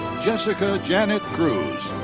jessica janet cruz.